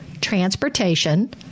transportation